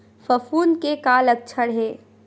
फफूंद के का लक्षण हे?